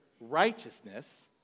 righteousness